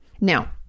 Now